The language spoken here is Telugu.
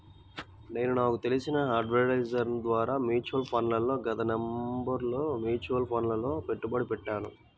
నేను నాకు తెలిసిన అడ్వైజర్ ద్వారా మ్యూచువల్ ఫండ్లలో గత నవంబరులో మ్యూచువల్ ఫండ్లలలో పెట్టుబడి పెట్టాను